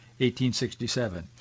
1867